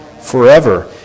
Forever